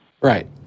Right